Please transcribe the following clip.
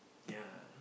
ya